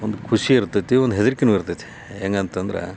ಒಂದು ಖುಷಿ ಇರ್ತೈತಿ ಒಂದು ಹೆದರಿಕೆನೂ ಇರ್ತೈತಿ ಹೆಂಗೆ ಅಂತಂದ್ರೆ